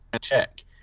Check